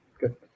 good